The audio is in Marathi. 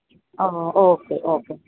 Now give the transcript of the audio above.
अबब ओके ओके